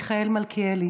חבר הכנסת מיכאל מלכיאלי,